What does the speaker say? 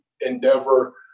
endeavor